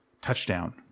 touchdown